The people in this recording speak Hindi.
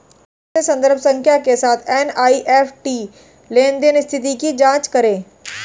कैसे संदर्भ संख्या के साथ एन.ई.एफ.टी लेनदेन स्थिति की जांच करें?